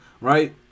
right